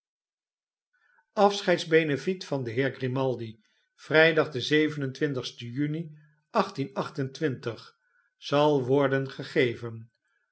afscheidsbenefiet van den heer grimaldi vrijdag den en juni zal wobdbn gegeven